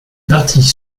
parties